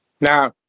Now